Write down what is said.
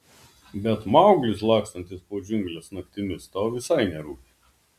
bet mauglis lakstantis po džiungles naktimis tau visai nerūpi